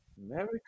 Merry